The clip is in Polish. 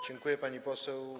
Dziękuję, pani poseł.